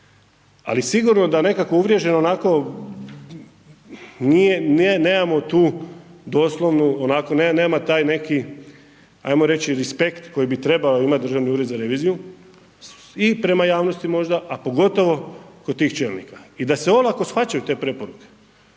doslovnu, onako nema taj neki ajmo reći respekt koji bi trebao imati državni ured za reviziju i prema javnosti možda, a pogotovo kod tih čelnika. I da se olako shvaćaju te preporuke,